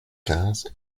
quinze